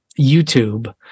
YouTube